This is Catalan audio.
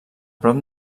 prop